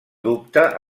dubta